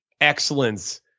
excellence